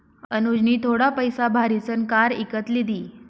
अनुजनी थोडा पैसा भारीसन कार इकत लिदी